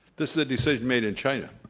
this is a decision made in china.